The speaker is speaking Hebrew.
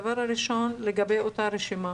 הדבר הראשון, לגבי אותה רשימה